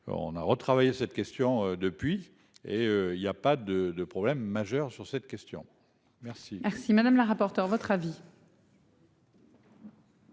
on a retravaillé cette question depuis et il y a pas de, de problèmes majeurs sur cette question. Merci, merci madame la rapporteure votre avis.